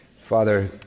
Father